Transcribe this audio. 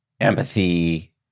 empathy